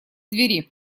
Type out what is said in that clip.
двери